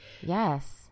Yes